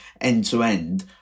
end-to-end